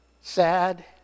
sad